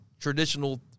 traditional